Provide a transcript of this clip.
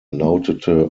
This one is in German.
lautete